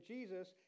Jesus